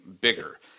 bigger